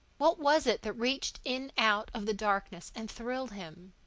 what was it that reached in out of the darkness and thrilled him?